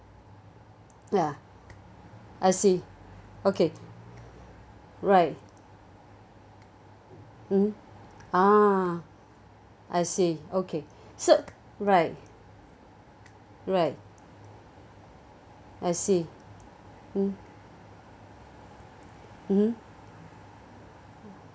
ya I see okay right mmhmm ah I see okay so right right I see mm mmhmm